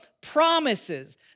promises